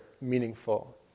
meaningful